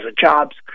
jobs